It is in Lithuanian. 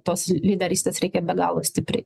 tos lyderystės reikia be galo stipriai